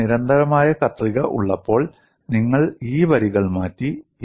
എനിക്ക് നിരന്തരമായ കത്രിക ഉള്ളപ്പോൾ നിങ്ങൾ ഈ വരികൾ മാറ്റി